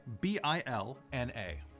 B-I-L-N-A